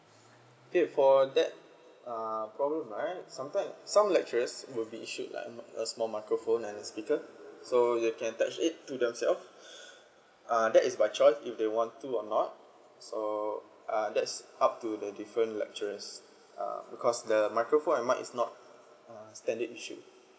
okay for that uh problem right sometime some lecturers will be issued like a small microphone and speaker they can attach it to themselves uh that is by choice if they want to or not so uh that's up to the different lecturers uh because the microphone that might is not standard issue